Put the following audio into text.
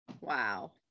Wow